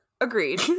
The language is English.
Agreed